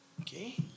Okay